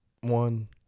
one